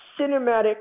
cinematic